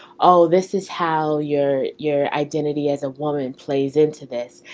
oh, this is how your your identity as a woman plays into this.